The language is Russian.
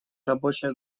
рабочая